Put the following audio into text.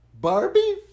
Barbie